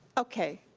okay.